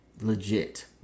legit